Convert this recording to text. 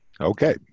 Okay